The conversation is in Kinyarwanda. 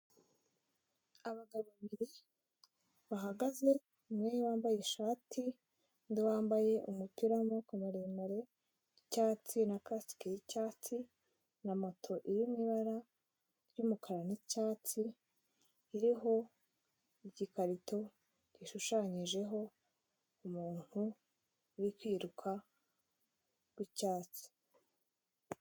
Abagabo babiri bahagaze umwe wambaye ishati undi wambaye umupira w'amaboko maremare w'icyatsi na kasike y'icyatsi, na moto iri mu ibara ry'umukara n'icyatsi, iriho igikarito gishushanyijeho umuntu uri kwiruka w'icyatsi.